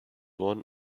one